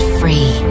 free